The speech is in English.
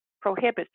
prohibits